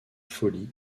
folie